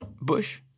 Bush